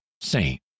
saint